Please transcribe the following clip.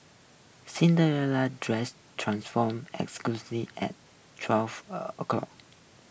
Cinderella's dress transformed exactly at twelve o'clock